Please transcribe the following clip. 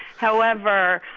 however,